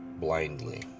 blindly